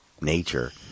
nature